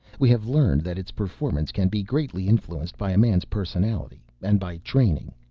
we have learned that its performance can be greatly influenced by a man's personality, and by training.